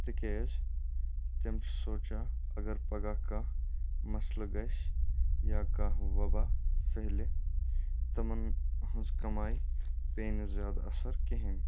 تِکیٛازِ تٔمۍ چھِ سونٛچان اگر پَگاہ کانٛہہ مَسلہٕ گژھِ یا کانٛہہ وباہ پھہلہِ تمَن ہٕنٛز کمایہِ پیٚیہِ نہٕ زیادٕ اَثر کِہیٖنۍ